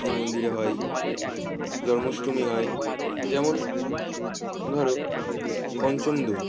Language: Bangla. এই মন্দিরে হয় জন্মাষ্টমী হয় যেমন ধরো পঞ্চম দোল